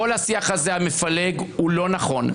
כל השיח הזה, המפלג, הוא לא נכון.